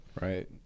Right